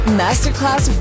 masterclass